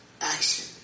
action